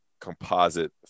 composite